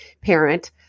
parent